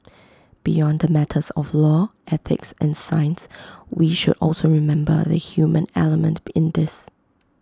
beyond the matters of law ethics and science we should also remember the human element in this